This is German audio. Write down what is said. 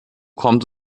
kommt